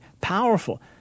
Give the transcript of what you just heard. powerful